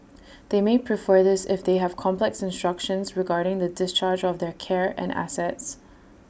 they may prefer this if they have complex instructions regarding the discharge of their care and assets